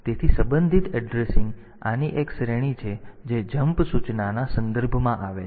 તેથી સંબંધિત એડ્રેસિંગ એ આની એક શ્રેણી છે જે જમ્પ સૂચનાના સંદર્ભમાં આવે છે